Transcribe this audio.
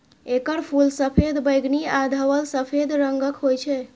एकर फूल सफेद, बैंगनी आ धवल सफेद रंगक होइ छै